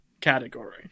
category